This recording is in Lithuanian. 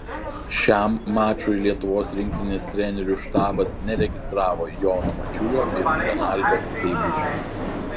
šiam mačui lietuvos rinktinės trenerių štabas neregistravo jono mačiulio ir renaldo seibučio